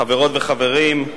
חברות וחברים,